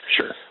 Sure